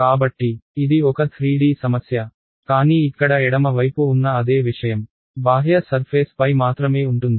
కాబట్టి ఇది ఒక 3D సమస్య కానీ ఇక్కడ ఎడమ వైపు ఉన్న అదే విషయం బాహ్య సర్ఫేస్ పై మాత్రమే ఉంటుంది